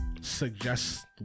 suggest